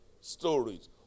stories